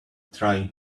trying